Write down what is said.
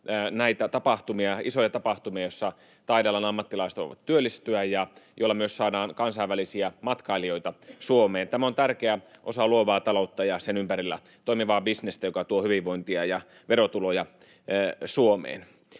isoja tapahtumia, joissa taidealan ammattilaiset voivat työllistyä ja joilla myös saadaan kansainvälisiä matkailijoita Suomeen. Tämä on tärkeä osa luovaa taloutta ja sen ympärillä toimivaa bisnestä, joka tuo hyvinvointia ja verotuloja Suomeen.